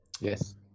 yes